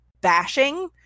bashing